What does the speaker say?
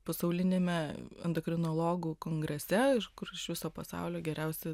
pasauliniame endokrinologų kongrese kur iš viso pasaulio geriausi